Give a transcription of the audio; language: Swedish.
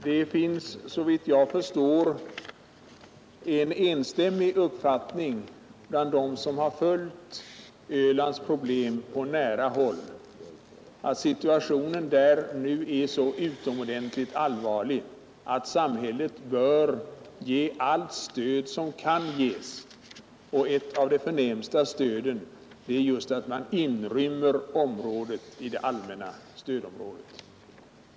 Det finns såvitt jag förstår en enstämmig uppfattning bland dem som har följt Ölands problem på nära håll, att situationen på Öland nu är så utomordentligt allvarlig att samhället bör ge ön allt stöd som kan ges, och ett av de förnämsta stöden är just att man inrymmer området i det allmänna stödområdet.